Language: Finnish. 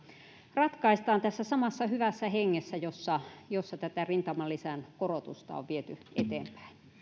ratkaistaan tässä samassa hyvässä hengessä jossa jossa tätä rintamalisän korotusta on viety eteenpäin